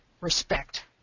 respect